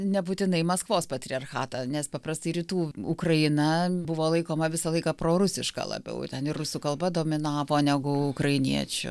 nebūtinai maskvos patriarchatą nes paprastai rytų ukraina buvo laikoma visą laiką prorusiška labiau ten ir rusų kalba dominavo negu ukrainiečių